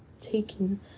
taking